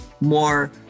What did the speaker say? more